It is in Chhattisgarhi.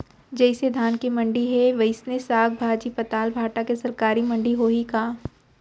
जइसे धान के मंडी हे, वइसने साग, भाजी, पताल, भाटा के सरकारी मंडी होही का?